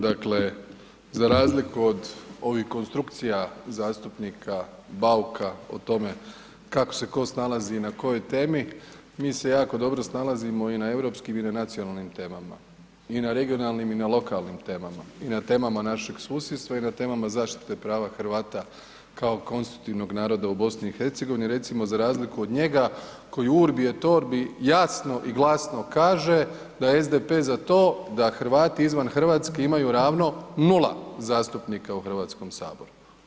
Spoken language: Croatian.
Dakle za razliku od ovih konstrukcija zastupnika Bauka o tome kako se tko snalazi i na kojoj temi, mi se jako dobro snalazimo i na europskim i na nacionalnim temama i na regionalnim i na lokalnim temama i na temama našeg susjedstva i na temama zaštite prava Hrvata kao konstitutivnog naroda u BiH, recimo za razliku od njega koji urbi et orbi jasno i glasno kaže da je SDP za to da Hrvati izvan Hrvatske imaju ravno nula zastupnika u Hrvatskom saboru.